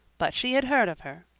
but she had heard of her.